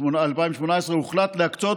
2018 הוחלט להקצות